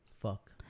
Fuck